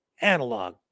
analog